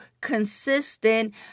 consistent